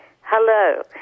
Hello